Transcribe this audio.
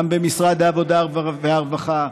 גם במשרד העבודה והרווחה,